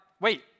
wait